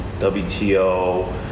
WTO